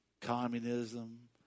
communism